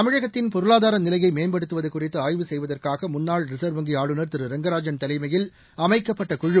தமிழகத்தின் பொருளாதார நிலையை மேம்படுத்துவது குறித்து ஆய்வு செய்வதற்காக முன்னாள் ரிசா்வ் வங்கி ஆளுநர் திரு ரங்கராஜன் தலைமயில் அமைக்கப்பட்ட குழு